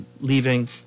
leaving